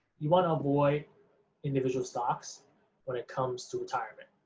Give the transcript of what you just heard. you want to avoid individual stocks when it comes to retirement.